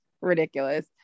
ridiculous